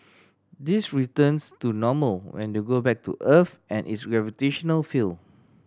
this returns to normal when they go back to Earth and its gravitational field